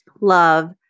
love